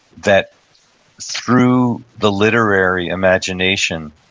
that through the literary imagination,